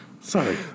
Sorry